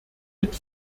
mit